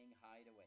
hideaway